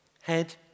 Head